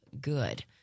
good